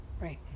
Right